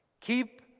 keep